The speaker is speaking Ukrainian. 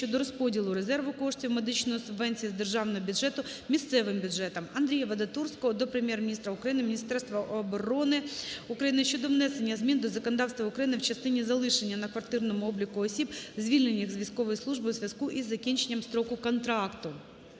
щодо розподілу резерву коштів медичної субвенції з державного бюджету місцевим бюджетам. Андрія Вадатурського до Прем'єр-міністра України, Міністерства оборони України щодо внесення змін до законодавства України в частині залишення на квартирному обліку осіб, звільнених з військової служби у зв'язку із закінченням строку контракту.